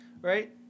right